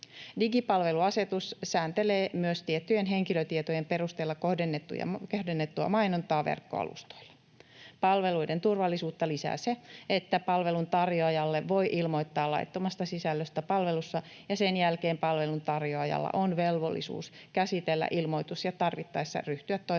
Digipalveluasetus sääntelee myös tiettyjen henkilötietojen perusteella kohdennettua mainontaa verkkoalustoilla. Palveluiden turvallisuutta lisää se, että palveluntarjoajalle voi ilmoittaa laittomasta sisällöstä palvelussa, ja sen jälkeen palveluntarjoajalla on velvollisuus käsitellä ilmoitus ja tarvittaessa ryhtyä toimenpiteisiin